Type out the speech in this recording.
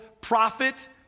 prophet